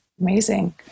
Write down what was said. Amazing